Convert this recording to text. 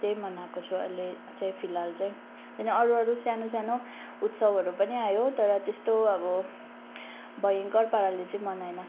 त्यही मनाएको छु अहिले चाहिँ फिलहाल चाहिँ अनि अरू अरू सानो सानो उत्सवहरू पनि आयो तर त्यस्तो अब भयङ्कर पाराले चाहिँ मनाएन